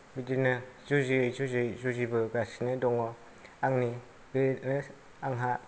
बिदिनो जुजि जुजि जुजिबोगासिनो दं आंनि बे आंहा